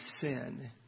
sin